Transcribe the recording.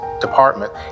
department